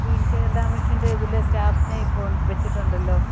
clean Kerala മിഷന്റെ ഇതില് സ്റ്റാഫിനെ ഇപ്പോൾ വെച്ചിട്ടുണ്ടല്ലോ